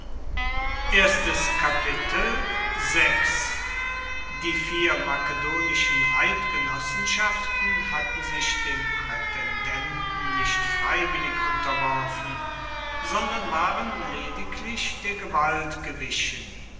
die vier makedonischen eidgenossenschaften hatten sich dem prätendenten nicht freiwillig unterworfen sondern waren lediglich der gewalt gewichen